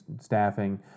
staffing